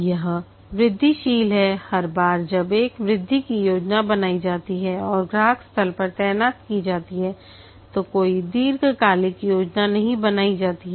यह वृद्धिशील है हर बार जब एक वृद्धि की योजना बनाई जाती है और ग्राहक स्थल पर तैनात की जाती है तो कोई दीर्घकालिक योजना नहीं बनाई जाती है